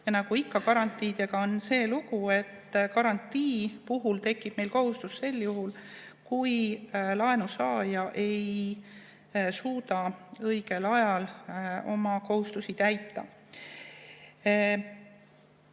Nagu ikka on garantiidega see lugu, et garantii puhul tekib meil kohustus sel juhul, kui laenusaaja ei suuda õigel ajal oma kohustusi täita. Aivar